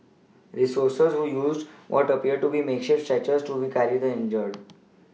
rescuers who used what appeared to be makeshift stretchers to carry the injured